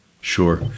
Sure